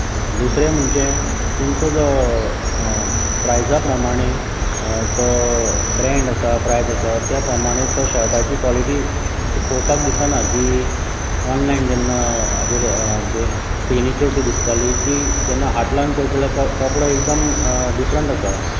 दुसरें म्हणजें तुमचो जो प्रायजा प्रमाणें जो ब्रँड आसा प्रायज आसा त्या प्रमाणें त्या शर्टाची क्वालिटी पळोवपाक दिसना जी ऑनलायन जेन्ना हाचेर स्क्रिनीचेर जी दिसताली ती जेन्ना हात लावून पळयत जाल्यार कपडो एकदम डिफरेंट आसा